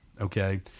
Okay